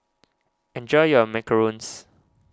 enjoy your macarons